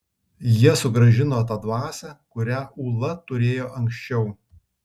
jie sugrąžino tą dvasią kurią ūla turėjo anksčiau